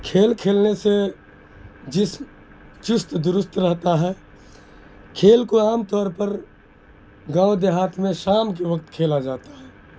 کھیل کھیلنے سے جسم چست درست رہتا ہے کھیل کو عام طور پر گاؤں دیہات میں شام کے وقت کھیلا جاتا ہے